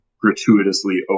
gratuitously